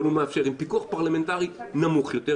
אבל הוא מאפשר עם פיקוח פרלמנטרי נמוך יותר,